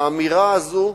האמירה הזאת,